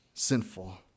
sinful